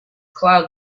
clouds